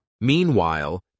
meanwhile